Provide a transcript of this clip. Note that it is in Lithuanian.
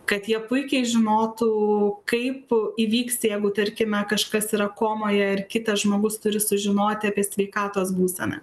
kad jie puikiai žinotų kaip įvyks jeigu tarkime kažkas yra komoje ir kitas žmogus turi sužinoti apie sveikatos būseną